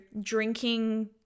drinking